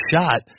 shot